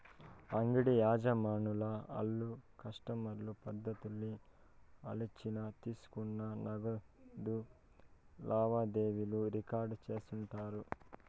అంగిడి యజమానులు ఆళ్ల కస్టమర్ల పద్దుల్ని ఆలిచ్చిన తీసుకున్న నగదు లావాదేవీలు రికార్డు చేస్తుండారు